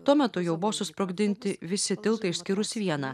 tuo metu jau buvo susprogdinti visi tiltai išskyrus vieną